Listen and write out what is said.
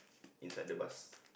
inside the bus